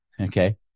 Okay